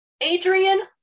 Adrian